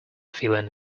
feeling